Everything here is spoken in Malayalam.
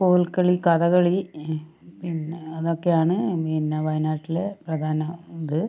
കോൽക്കളി കഥകളി പിന്നെ അതൊക്കെയാണ് പിന്നെ വയനാട്ടിലെ പ്രധാന ഇത്